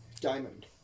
Diamond